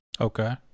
Okay